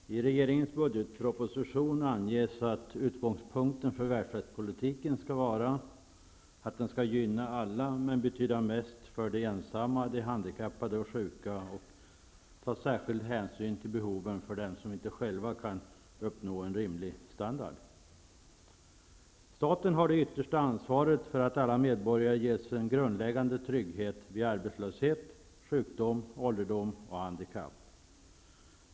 Fru talman! I regeringens budgetproposition anges att utgångspunkten för välfärdspolitiken skall vara att den skall gynna alla men betyda mest för de ensamma, de handikappade och sjuka och särskilt ta hänsyn till behoven för dem som inte själva kan uppnå en rimlig standard. Staten har det yttersta ansvaret för att alla medborgare ges en grundläggande trygghet vid arbetslöshet, sjukdom, ålderdom och handikapp.